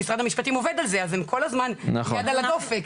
ואם משרד המשפטים עובד על זה אז הם כל הזמן עם היד על הדופק,